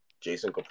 Jason